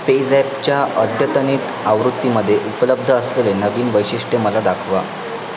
पेझॅपच्या अद्यतनित आवृत्तीमध्ये उपलब्ध असलेले नवीन वैशिष्ट्य मला दाखवा